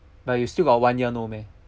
but you still got one year no meh